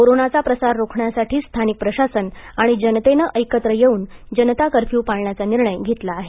कोरोनाचा प्रसार रोखण्यासाठी स्थानिक प्रशासन आणि जनतेने एकत्र येऊन जनता कर्फ्यू पाळण्याचा निर्णय घेतला आहे